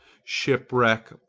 shipwreck,